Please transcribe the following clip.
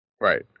Right